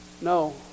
No